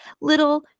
little